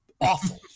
awful